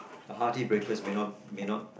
a hearty breakfast may not may not